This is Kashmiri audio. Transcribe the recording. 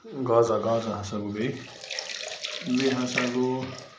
غزہ غزہ ہسا گوٚو بیٚیہِ بیٚیہِ ہسا گوٚو